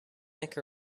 make